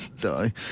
die